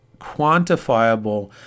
quantifiable